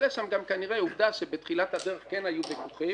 אבל יש שם גם כנראה עובדה שבתחילת הדרך כן היו ויכוחים,